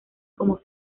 como